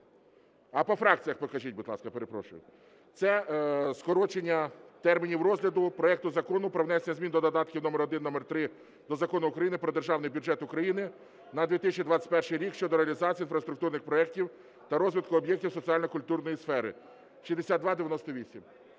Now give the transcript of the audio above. По фракціях покажіть, будь ласка, перепрошую. Це скорочення термінів розгляду проекту Закону про внесення змін до додатків № 1 та № 3 до Закону України "Про Державний бюджет України на 2021 рік" (щодо реалізації інфраструктурних проєктів та розвитку об'єктів соціально-культурної сфери) (6298).